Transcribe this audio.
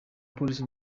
polisi